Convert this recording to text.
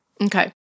Okay